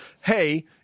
hey